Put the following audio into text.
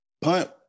punt